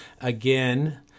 again